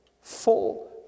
Full